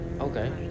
okay